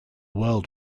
world